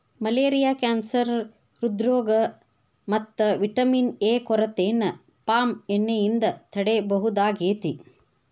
malaria cancer ಹ್ರೃದ್ರೋಗ ಮತ್ತ vitamin A ಕೊರತೆನ ಪಾಮ್ ಎಣ್ಣೆಯಿಂದ ತಡೇಬಹುದಾಗೇತಿ